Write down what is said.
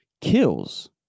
kills